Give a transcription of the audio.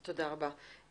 תודה רבה.